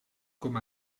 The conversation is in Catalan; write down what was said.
com